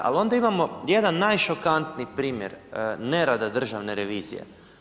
Ali onda imamo jedan najšokantniji primjer nerada državne revizije.